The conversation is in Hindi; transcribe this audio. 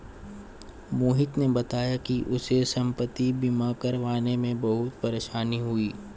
मोहित ने बताया कि उसे संपति बीमा करवाने में बहुत परेशानी हुई